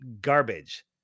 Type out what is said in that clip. garbage